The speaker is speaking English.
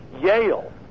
Yale